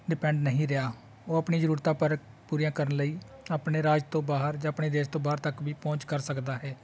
depend ਨਹੀਂ ਰਿਹਾ ਉਹ ਆਪਣੀ ਜ਼ਰੂਰਤਾਂ ਪਰ ਪੂਰੀਆਂ ਕਰਨ ਲਈ ਆਪਣੇ ਰਾਜ ਤੋਂ ਬਾਹਰ ਜਾਂ ਆਪਣੇ ਦੇਸ਼ ਤੋਂ ਬਾਹਰ ਤੱਕ ਵੀ ਪਹੁੰਚ ਕਰ ਸਕਦਾ ਹੈ